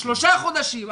שלושה חודשים,